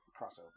crossover